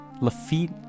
lafitte